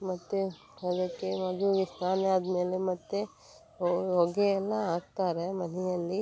ಮತ್ತು ಅದಕ್ಕೆ ಮಗುವಿಗೆ ಸ್ನಾನ ಆದಮೇಲೆ ಮತ್ತೆ ಹೊಗೆಯನ್ನ ಹಾಕ್ತಾರೆ ಮನೆಯಲ್ಲಿ